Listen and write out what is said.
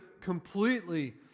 completely